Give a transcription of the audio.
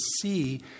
see